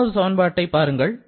மூன்றாவது சமன்பாட்டை பாருங்கள்